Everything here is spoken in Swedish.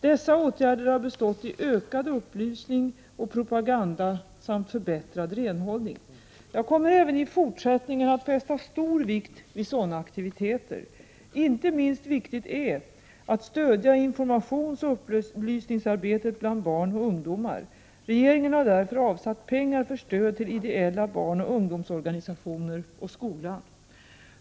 Dessa åtgärder har bestått i ökad upplysning och propaganda samt förbättrad renhållning. Jag kommer även i fortsättningen att fästa stor vikt vid sådana aktiviteter. Inte minst viktigt är att stödja informationsoch upplysningsarbetet bland barn och ungdomar. Regeringen har därför avsatt pengar för stöd till ideella barnoch ungdomsorganisationer och skolan.